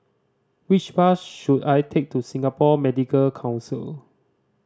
which bus should I take to Singapore Medical Council